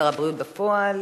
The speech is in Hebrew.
שר הבריאות בפועל,